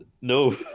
no